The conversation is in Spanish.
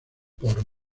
por